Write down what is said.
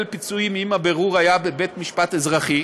פיצויים אם הבירור היה בבית משפט אזרחי,